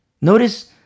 notice